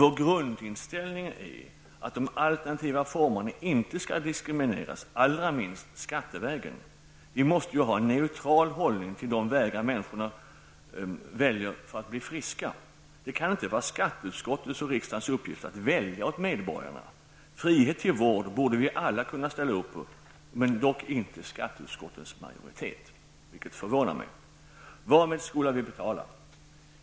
Vår grundinställning är att de alternativa formerna inte skall diskrimineras, allra minst skattevägen. Vi måste ha en neutral hållning till de vägar människor väljer för att bli friska. Det kan inte vara skatteutskottets och riksdagens uppgift att välja åt medborgarna. Frihet till vård borde vi alla kunna ställa upp på -- dock inte skatteutskottets majoritet, vilket förvånar mig. Varmed skola vi betala?